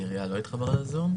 נציג העירייה לא התחבר לזום?